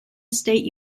state